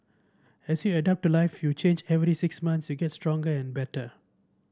as you adapt to life you change every six months you get stronger and better